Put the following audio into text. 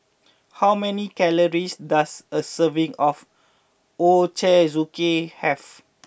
how many calories does a serving of Ochazuke have